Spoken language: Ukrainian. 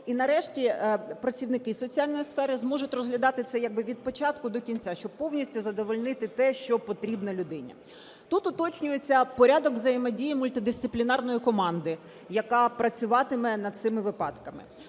і нарешті працівники соціальної сфери зможуть розглядати це як би від початку до кінця, щоб повністю задовольнити те, що потрібно людині. Тут уточнюється порядок взаємодії мультидисциплінарної команди, яка працюватиме над цими випадками.